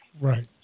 right